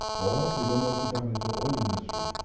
or, we don't want to damage the oil industry,